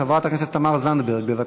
חברת הכנסת תמר זנדברג, בבקשה.